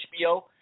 HBO